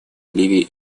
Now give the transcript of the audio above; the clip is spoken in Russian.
ливии